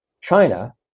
China